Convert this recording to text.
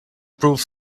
prove